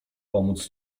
pomóc